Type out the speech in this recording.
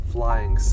Flying